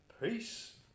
peace